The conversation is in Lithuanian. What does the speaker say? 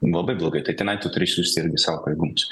labai blogai tai tenai tu turi irgi siųsti savo pajėgumus